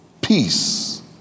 Peace